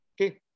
okay